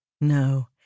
No